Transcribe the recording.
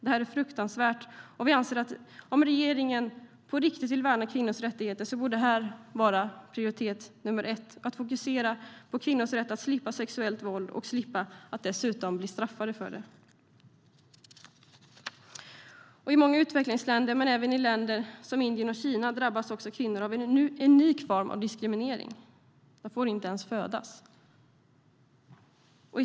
Det är fruktansvärt, och vi anser att om regeringen på riktigt vill värna kvinnors rättigheter bör det vara prioritet nummer ett att fokusera på kvinnors rätt att slippa sexuellt våld och slippa att dessutom bli straffade för det. I många utvecklingsländer, men även i länder som Indien och Kina, drabbas kvinnor av en unik form av diskriminering. De får inte ens födas.